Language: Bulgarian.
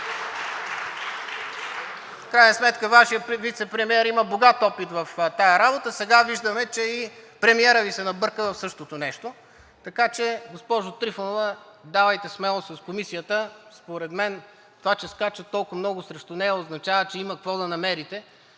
(ръкопляскания от ГЕРБ-СДС) има богат опит в тази работа, сега виждаме, че и премиерът Ви се набърка в същото нещо. Така че, госпожо Трифонова, давайте смело с Комисията, според мен това, че скачат толкова много срещу нея, означава, че има какво да намерите